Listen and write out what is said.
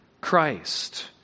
Christ